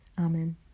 Amen